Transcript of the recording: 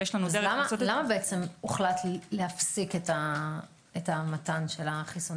למה הוחלט להפסיק מתן החיסון?